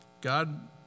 God